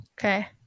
Okay